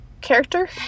character